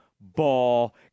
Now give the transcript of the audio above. ball